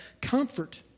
comfort